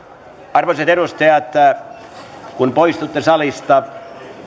arvoisat edustajat jos poistutte salista